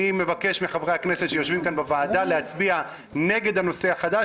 אני מבקש מחברי הכנסת שיושבים כאן בוועדה להצביע נגד נושא חדש.